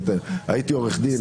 הייתי עורך דין,